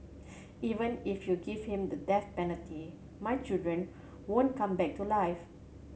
even if you give him the death penalty my children won't come back to life